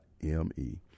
M-E